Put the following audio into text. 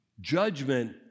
Judgment